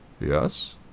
Yes